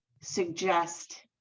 suggest